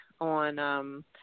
on